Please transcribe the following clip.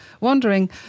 wondering